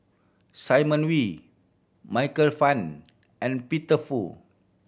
Simon Wee Michael Fam and Peter Fu